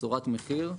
בשורת מחיר.